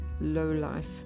lowlife